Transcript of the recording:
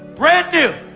brand new.